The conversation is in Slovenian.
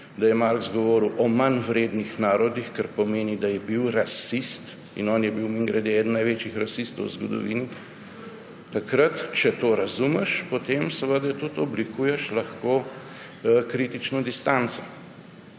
da je Marx govoril o manj vrednih narodih, kar pomeni, da je bil rasist – in on je bil, mimogrede, eden največjih rasistov v zgodovini – takrat, če to razumeš, potem seveda lahko tudi oblikuješ kritično distanco.